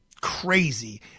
crazy